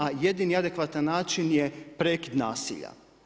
A jedini adekvatan način je prekid nasilja.